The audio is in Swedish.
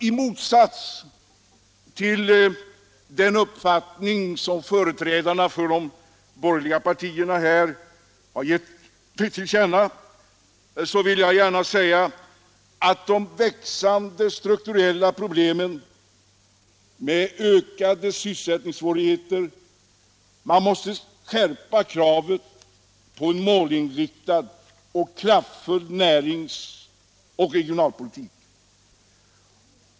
I motsats till den uppfattning som framförts av företrädarna för de borgerliga partierna anser jag att de växande strukturella problemen med ökade sysselsättningssvårigheter måste skärpa kraven på en målinriktad och kraftfull närings och regionalpolitik.